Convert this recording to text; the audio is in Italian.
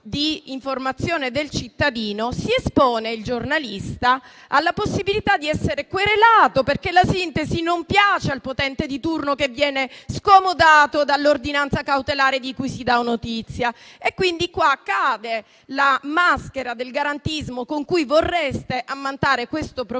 di informazione del cittadino, si espone il giornalista alla possibilità di essere querelato, perché la sintesi non piace al potente di turno che viene scomodato dall'ordinanza cautelare di cui si dà notizia. Pertanto, in questo frangente cade la maschera del garantismo con cui vorreste ammantare questo provvedimento e